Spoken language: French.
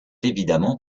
évidemment